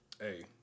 Hey